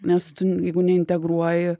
nes tu jeigu neintegruoji